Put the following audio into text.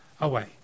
away